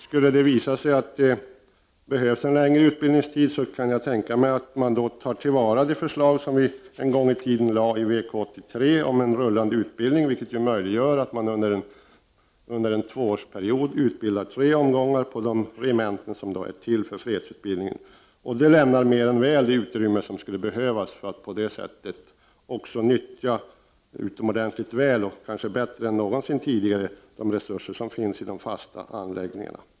Skulle det då visa sig att vi behöver en längre utbildningstid kan jag tänka mig att vi tar till vara det förslag som vi en gång framlade i VK 83 om en rullande utbildning, vilket ju gör det möjligt att under en tvåårsperiod utbilda tre omgångar värnpliktiga på de regementen som i så fall skall genomföra fredsutbildning. Detta lämnar mer än nödvändigt utrymme för att utomordentligt väl och kanske bättre än någonsin tidigare nyttja de resurser som finns i de fasta anläggningarna.